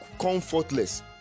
comfortless